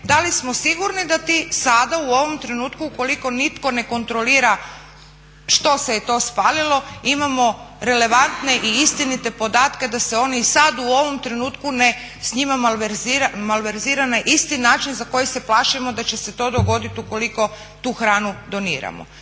da li smo sigurni da ti, sada u ovom trenutku ukoliko nitko ne kontrolira što se je to spalio imamo relevantne i isitnite podatke da se oni i sada u ovom trenutku ne s njima malverzira na isti način za koji se plašimo da će se to dogoditi ukoliko tu hranu doniramo.